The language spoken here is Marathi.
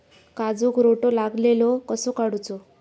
काजूक रोटो लागलेलो कसो काडूचो?